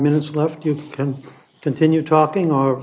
minutes left you can continue talking o